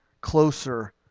closer